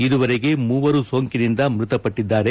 ಇದುವರೆಗೆ ಮೂವರು ಸೋಂಕಿನಿಂದ ಮೃತಪಟ್ಟಿರ್ದ್ದಾರೆ